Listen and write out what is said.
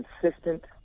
consistent